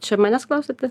čia manęs klausiate